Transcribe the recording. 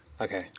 okay